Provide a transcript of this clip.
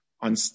on